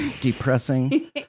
depressing